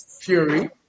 Fury